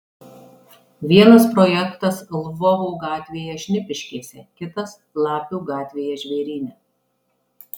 vienas projektas lvovo gatvėje šnipiškėse kitas lapių gatvėje žvėryne